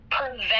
prevent